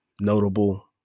notable